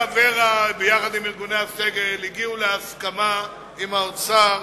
ועד ראשי האוניברסיטאות וארגוני הסגל הגיעו להסכמה עם האוצר